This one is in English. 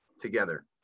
together